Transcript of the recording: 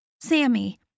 Sammy